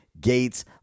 Gates